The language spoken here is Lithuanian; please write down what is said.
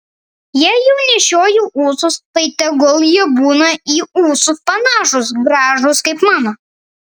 jei jau nešioji ūsus tai tegul jie būna į ūsus panašūs gražūs kaip mano